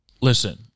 listen